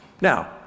Now